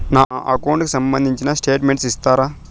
నా అకౌంట్ కు సంబంధించిన స్టేట్మెంట్స్ ఇస్తారా